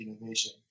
innovation